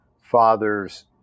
father's